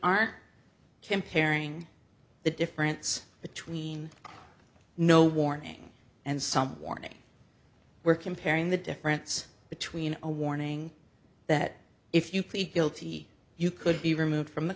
are comparing the difference between no warning and some warning we're comparing the difference between a warning that if you plead guilty you could be removed from the